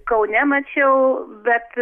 kaune mačiau bet